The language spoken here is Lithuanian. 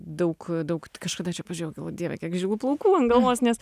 daug daug kažkada čia pažiūrėjau o dieve kiek žilų plaukų ant galvos nes